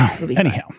Anyhow